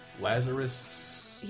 Lazarus